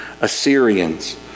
Assyrians